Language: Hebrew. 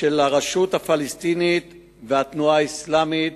של הרשות הפלסטינית והתנועה האסלאמית,